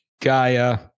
Gaia